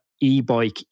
e-bike